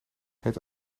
het